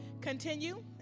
continue